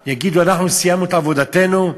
כלשהו יגידו: אנחנו סיימנו את עבודתנו,